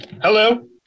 Hello